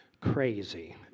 crazy